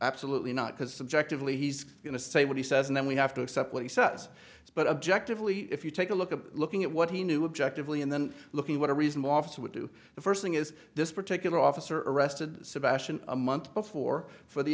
absolutely not because subjectively he's going to say what he says and then we have to accept what he says but objectively if you take a look at looking at what he knew objective lee and then looking at what a reasonable officer would do the first thing is this particular officer arrested sebastian a month before for the